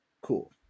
cool